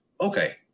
Okay